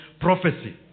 prophecy